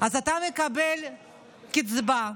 אז אתה מקבל קצבה.